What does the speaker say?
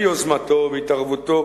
ביוזמתו ובהתערבותו